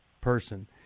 person